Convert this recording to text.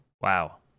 wow